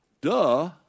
Duh